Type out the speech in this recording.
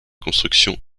construction